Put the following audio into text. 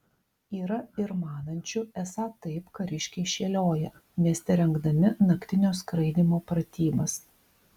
yra ir manančių esą taip kariškiai šėlioja mieste rengdami naktinio skraidymo pratybas